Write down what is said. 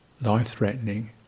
life-threatening